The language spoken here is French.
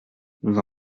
nous